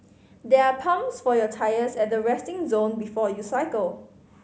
there are pumps for your tyres at the resting zone before you cycle